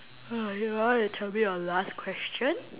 you want you tell me your last question